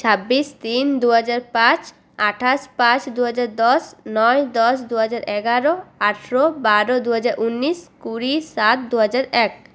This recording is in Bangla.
ছাব্বিশ তিন দু হাজার পাঁচ আঠাশ পাঁচ দুহাজার দশ নয় দশ দুহাজার এগারো আঠরো বারো দুহাজার উনিশ কুড়ি সাত দুহাজার এক